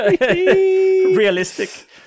realistic